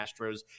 Astros